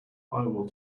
will